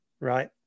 Right